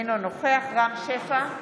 אינו נוכח רם שפע,